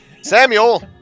Samuel